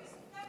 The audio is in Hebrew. שבזכותם,